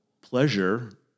pleasure